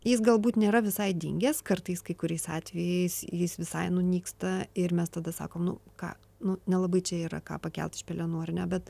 jis galbūt nėra visai dingęs kartais kai kuriais atvejais jis visai nunyksta ir mes tada sakom nu ką nu nelabai čia yra ką pakelt iš pelenų bet